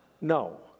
no